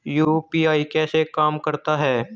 UPI कैसे काम करता है?